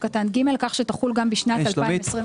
קטן (ג) כך שתחול גם בשנת 2025. שלומית,